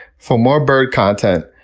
for more bird content,